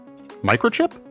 microchip